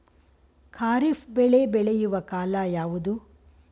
ಖಾರಿಫ್ ಬೆಳೆ ಬೆಳೆಯುವ ಕಾಲ ಯಾವುದು?